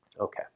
Okay